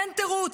אין תירוץ.